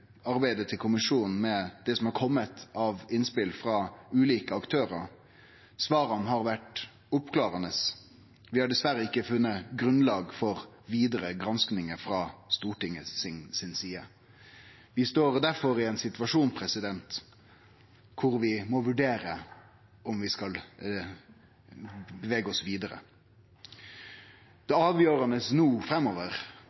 arbeidet til kommisjonen med det som har kome av innspel frå ulike aktørar. Svara har vore oppklarande. Vi har dessverre ikkje funne grunnlag for vidare gransking frå Stortingets side. Vi står difor i ein situasjon der vi må vurdere om vi skal gå vidare.